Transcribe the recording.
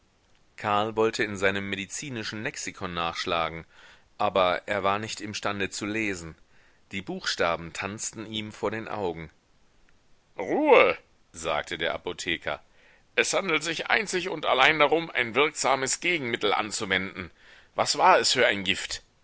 karl wollte in seinem medizinischen lexikon nachschlagen aber er war nicht imstande zu lesen die buchstaben tanzten ihm vor den augen ruhe sagte der apotheker es handelt sich einzig und allein darum ein wirksames gegenmittel anzuwenden was war es für ein gift